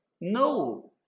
No